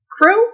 crew